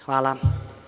Hvala.